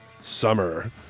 summer